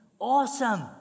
awesome